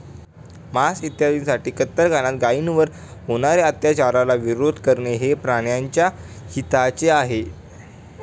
मांस इत्यादींसाठी कत्तलखान्यात गायींवर होणार्या अत्याचाराला विरोध करणे हे प्राण्याच्या हिताचे आहे